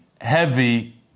heavy